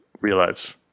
realize